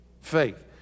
faith